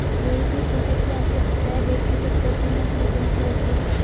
रोहित ने पूछा कि आप को पता है भेड़ की सबसे अच्छी नस्ल कौन सी होती है?